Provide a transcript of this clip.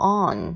on